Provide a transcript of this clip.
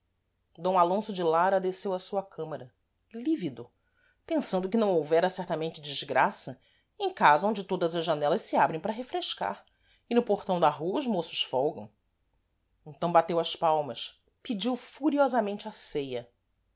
d alonso de lara desceu à sua câmara lívido pensando que não houvera certamente desgraça em casa onde todas as janelas se abrem para refrescar e no portão da rua os moços folgam então bateu as palmas pediu furiosamente a ceia